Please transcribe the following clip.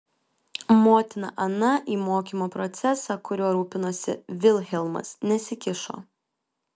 motina ana į mokymo procesą kuriuo rūpinosi vilhelmas nesikišo